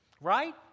Right